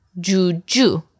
juju